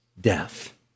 death